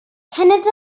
cenedl